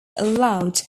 allowed